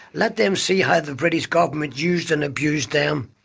let them see how the british government used and abused them,